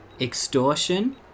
Extortion